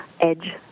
edge